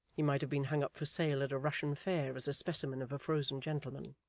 he might have been hung up for sale at a russian fair as a specimen of a frozen gentleman.